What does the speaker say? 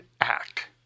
act